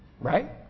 Right